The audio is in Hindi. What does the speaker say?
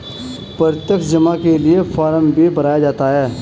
प्रत्यक्ष जमा के लिये फ़ार्म भी भराया जाता है